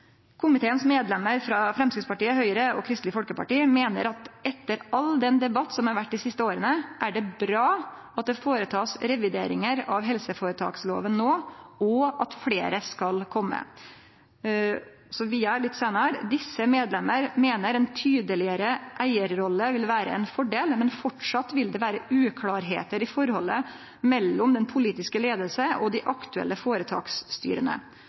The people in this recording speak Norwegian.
medlemmer fra Fremskrittspartiet, Høyre og Kristelig Folkeparti mener at etter all den debatt som har vært de siste årene, er det bra at det foretas revideringer av helseforetaksloven nå, og at flere skal komme.» Og vidare, litt seinare: «Disse medlemmer mener en tydeligere eierrolle vil være en fordel, men fortsatt vil det være uklarheter i forholdet mellom den politiske ledelse og de aktuelle foretaksstyrene.